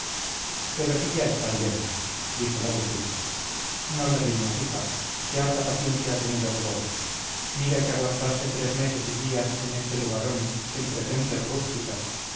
pero si ya está bien dijo la de tirgo no le riñas hija que harta paciencia ha tenido el pobre mira que aguantarse tres meses y días en este lugarón entre gentes rústicas